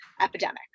epidemic